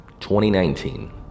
2019